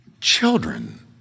children